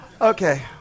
Okay